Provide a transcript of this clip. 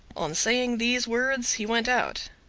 on saying these words he went out.